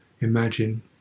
imagine